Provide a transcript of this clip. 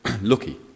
lucky